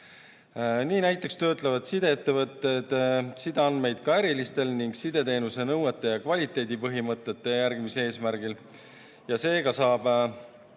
Nii näiteks töötlevad sideettevõtted sideandmeid ka ärilistel ning sideteenuse nõuete ja kvaliteedipõhimõtete järgimise eesmärgil. Seega saab